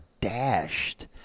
dashed